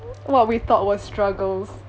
what we thought was struggles